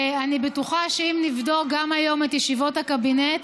אני בטוחה שאם נבדוק גם היום את ישיבות הקבינט,